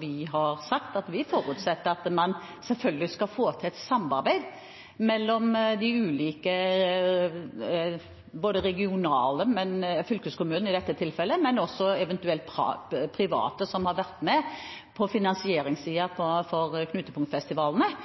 vi sagt at vi forutsetter at man selvfølgelig skal få til et samarbeid mellom de ulike regionale – fylkeskommunen i dette tilfellet – og eventuelt private som har vært med på finansieringssiden for knutepunktfestivalene,